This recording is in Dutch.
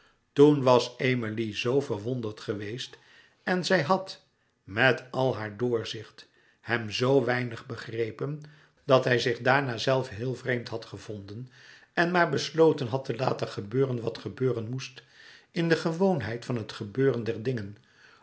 toen was emilie z verwonderd geweest en louis couperus metamorfoze zij had met al haar doorzicht hem z weinig begrepen dat hij zich daarna zelve heel vreemd had gevonden en maar besloten had te laten gebeuren wat gebeuren moest in de gewoonheid van het gebeuren der dingen